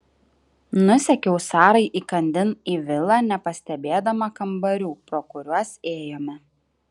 nusekiau sarai įkandin į vilą nepastebėdama kambarių pro kuriuos ėjome